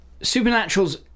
Supernatural's